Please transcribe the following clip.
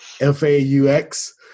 F-A-U-X